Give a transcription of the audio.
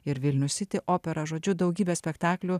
ir vilnius city opera žodžiu daugybė spektaklių